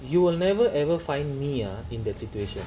you will never ever find me ah in that situation